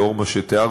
לאור מה שתיארתי,